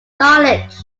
knowledge